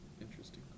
interesting